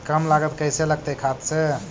कम लागत कैसे लगतय खाद से?